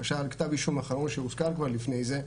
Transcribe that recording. למשל כתב האישום האחרון שהוזכר לפני זה,